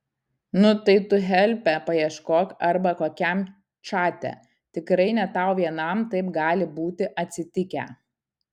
nu tai tu helpe paieškok arba kokiam čate tikrai ne tau vienam taip gali būti atsitikę